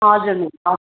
हजुर मिस हजुर